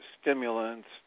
stimulants